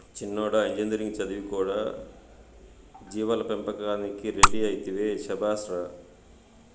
చిన్నోడా ఇంజనీరింగ్ చదివి కూడా జీవాల పెంపకానికి రెడీ అయితివే శభాష్ రా